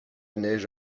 neige